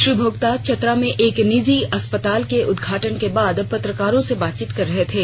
श्री भोक्ता चतरा में एक निजी अस्पताल के उदघाटन के बाद पत्रकारों से बातचीत कर रहे थे